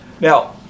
Now